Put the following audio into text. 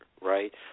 right